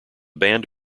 band